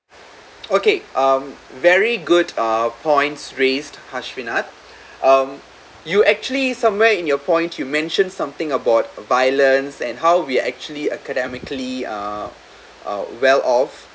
okay um very good uh points raised harshwena um you actually somewhere in your point you mentioned something about violence and how we actually academically uh uh well off